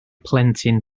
plentyn